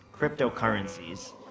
cryptocurrencies